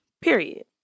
Period